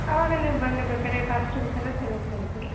ಅವಾಗ ನೀವು ಬಂದು ಬೇಕಾರೆ ಕಾಸ್ಟ್ಯೂಮ್ಸ್ ಎಲ್ಲ ಸೆಲೆಕ್ಟ್ ಮಾಡಿಕೊಡಿ